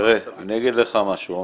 אני אגיד לך משהו.